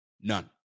None